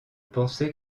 pensais